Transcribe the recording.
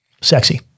Sexy